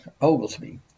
Oglesby